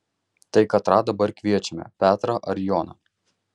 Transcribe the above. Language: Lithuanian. tai katrą dabar kviečiame petrą ar joną